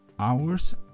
Hours